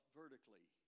vertically